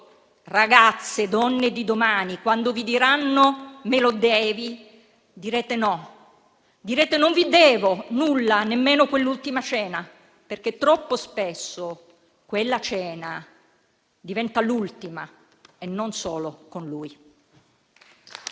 ragazze, donne di domani, quando vi diranno «me lo devi», direte no; direte: non vi devo nulla, nemmeno quell'ultima cena. Troppo spesso, infatti, quella cena diventa l'ultima e non solo con lui.